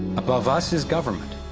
above us is government.